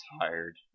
Tired